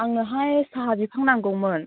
आंनोहाय साहा बिफां नांगौमोन